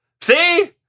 See